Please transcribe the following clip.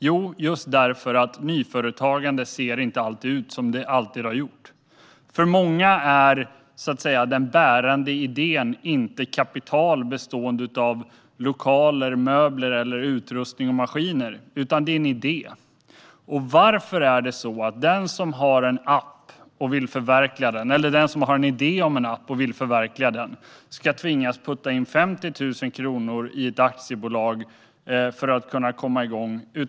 Jo, därför att nyföretagande inte alltid ser ut som det gjort tidigare. För många är det inte kapital bestående av lokaler, möbler, utrustning och maskiner som är det bärande, utan en idé. Varför är det så att den som har en app eller en idé om en app och vill förverkliga den ska tvingas pytsa in 50 000 kronor i ett aktiebolag för att kunna komma igång?